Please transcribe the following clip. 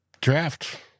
draft